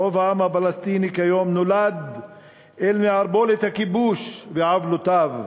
רוב העם הפלסטיני כיום נולד אל מערבולת הכיבוש ועוולותיו,